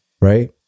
right